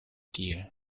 tie